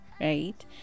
right